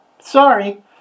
sorry